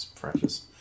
precious